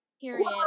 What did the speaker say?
Period